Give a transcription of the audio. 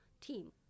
team